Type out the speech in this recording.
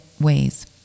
ways